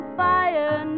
fire